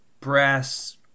brass